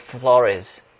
Flores